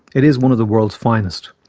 it is one of the world's finest.